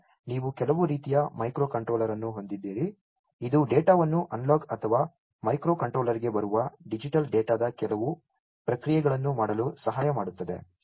ನಂತರ ನೀವು ಕೆಲವು ರೀತಿಯ ಮೈಕ್ರೋ ಕಂಟ್ರೋಲರ್ ಅನ್ನು ಹೊಂದಿದ್ದೀರಿ ಇದು ಡೇಟಾವನ್ನು ಅನಲಾಗ್ ಅಥವಾ ಮೈಕ್ರೋ ಕಂಟ್ರೋಲರ್ಗೆ ಬರುವ ಡಿಜಿಟಲ್ ಡೇಟಾದ ಕೆಲವು ಪ್ರಕ್ರಿಯೆಗಳನ್ನು ಮಾಡಲು ಸಹಾಯ ಮಾಡುತ್ತದೆ